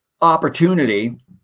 opportunity